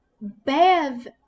bev